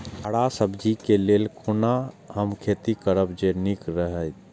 हरा सब्जी के लेल कोना हम खेती करब जे नीक रहैत?